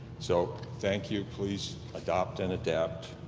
so thank you, please adopt and adapt.